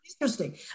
interesting